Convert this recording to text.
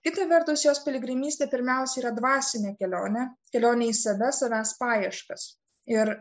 kita vertus jos piligrimystė pirmiausia yra dvasinė kelionė kelionė į save savęs paieškas ir